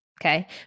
Okay